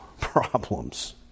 problems